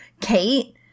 Kate